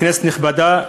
כנסת נכבדה,